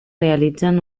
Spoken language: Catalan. realitzen